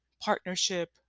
partnership